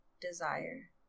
desire